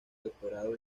doctorado